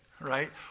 right